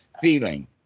feeling